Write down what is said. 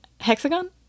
Hexagon